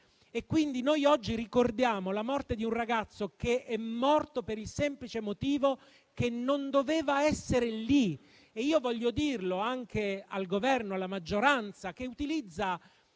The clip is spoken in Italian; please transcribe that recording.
fare. Oggi ricordiamo la morte di un ragazzo che è morto per il semplice motivo che non doveva essere lì. Voglio dirlo anche al Governo e alla maggioranza, che utilizzano